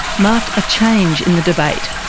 marked a change in the debate,